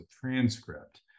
transcript